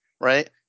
right